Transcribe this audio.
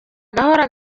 gahora